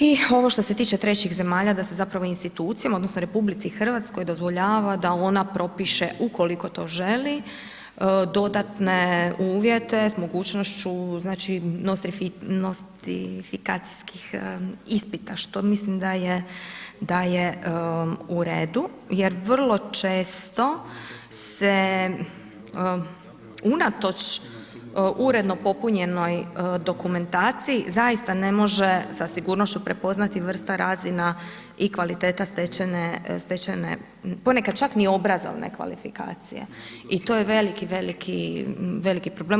I ovo što se tiče trećih zemalja da se zapravo institucijama odnosno RH dozvoljava da ona propiše ukoliko to želi dodatne uvjete s mogućnošću znači nostrifikacijskih ispita, što mislim da je u redu jer vrlo često se unatoč uredno popunjenoj dokumentaciji zaista ne može sa sigurnošću prepoznati vrsta razina i kvaliteta stečene, stečene, ponekad čak ni obrazovne kvalifikacije i to je veliki, veliki problem.